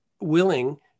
willing